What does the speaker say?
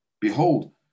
Behold